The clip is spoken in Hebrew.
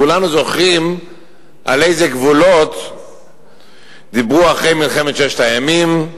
כולנו זוכרים על איזה גבולות דיברו אחרי מלחמת ששת הימים,